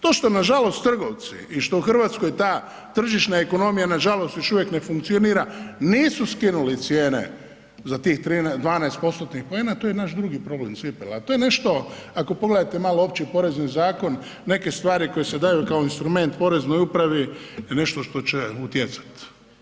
To što nažalost trgovci i što u Hrvatskoj ta tržišna ekonomija nažalost još uvijek ne funkcionira, nisu skinuli cijene za tih 13, 12%-tnih poena, to je naš drugi problem cipela, a to je nešto, ako pogledate malo Opći porezni zakon, neke stvari koje se daju kao instrument poreznoj upravi, nešto što će utjecati.